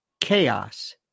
chaos